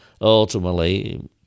Ultimately